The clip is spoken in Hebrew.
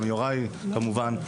גם יוראי כמובן,